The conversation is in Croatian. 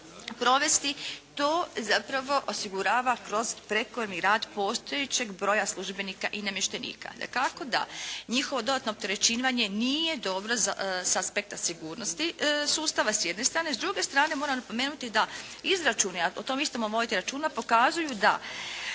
to zapravo osigurava kroz prekovremeni rad postojećeg broja službenika i namještenika. Dakako da njihovo dodatno opterećivanje nije dobro sa aspekta sigurnosti sustava s jedne strane, s druge strane moram napomenuti da izračuni ako o tome isto moramo voditi računa, pokazuju da